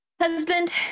Husband